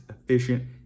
efficient